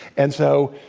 and so,